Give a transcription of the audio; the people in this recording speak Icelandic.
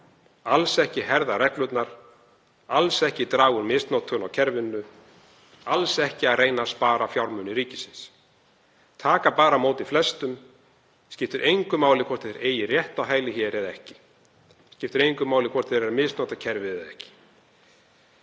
alls ekki herða reglurnar, alls ekki draga úr misnotkun á kerfinu, alls ekki reyna að spara fjármuni ríkisins, taka bara á móti sem flestum, skiptir engu máli hvort þeir eiga rétt á hæli hér eða ekki, skiptir engu máli hvort þeir eru að misnota kerfið eða ekki.